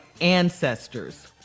ancestors